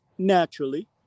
naturally